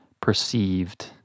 perceived